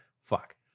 fuck